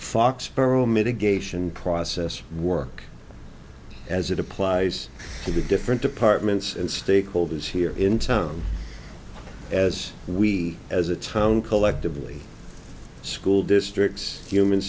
foxborough mitigation process work as it applies to the different departments and stakeholders here in town as we as a town collectively school districts human